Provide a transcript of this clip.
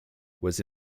was